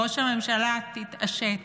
ראש הממשלה, תתעשת.